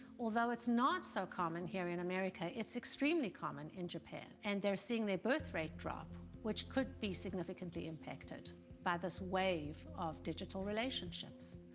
although it's not so common here in america, it's extremely common in japan, and they're seeing their birth rate drop, which could be significantly impacted by this wave of digital relationships.